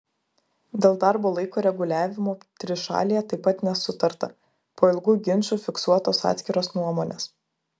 dėl darbo laiko reguliavimo trišalėje taip pat nesutarta po ilgų ginčų fiksuotos atskiros nuomonės